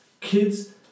Kids